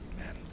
Amen